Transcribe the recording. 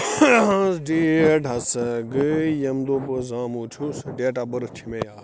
date ہسا گٔے ییٚمہِ دۄہ بہٕ زامُت چھُس ڈیٹ آف بٔرٕتھ چھِ مےٚ یاد